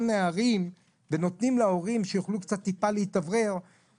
נערים כדי שהורים יוכלו להתאוורר טיפה,